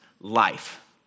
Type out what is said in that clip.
life